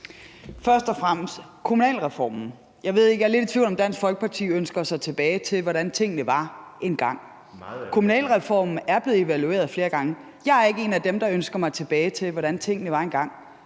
(Sophie Løhde): Jeg er lidt i tvivl om, om Dansk Folkeparti ønsker sig tilbage til, hvordan tingene var engang. Kommunalreformen er blevet evalueret flere gange, og jeg er ikke en af dem, der ønsker mig tilbage til, hvordan tingene var engang.